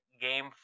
game